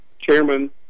chairman